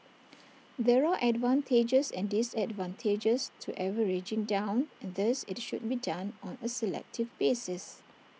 there are advantages and disadvantages to averaging down and thus IT should be done on A selective basis